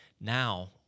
Now